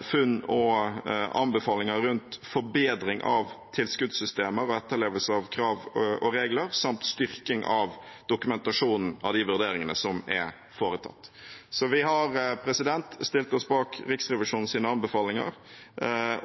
funn og anbefalinger rundt forbedring av tilskuddssystemer og etterlevelse av krav og regler, samt styrking av dokumentasjonen av de vurderingene som er foretatt. Vi har stilt oss bak Riksrevisjonens anbefalinger